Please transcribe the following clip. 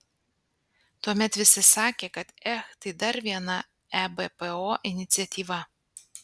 tuomet visi sakė kad ech tai dar viena ebpo iniciatyva